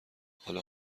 حالا